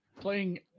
Playing